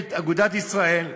ומפלגת אגודת ישראל,